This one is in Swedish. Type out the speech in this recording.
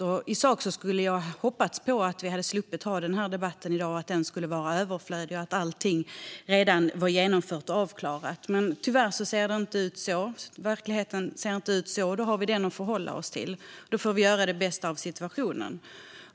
Jag hade hoppats på att vi skulle slippa ha denna debatt i dag - att den skulle vara överflödig och att allting redan skulle vara genomfört och avklarat. Men tyvärr ser verkligheten inte ut så, och det är den vi har att förhålla oss till. Då får vi göra det bästa av situationen.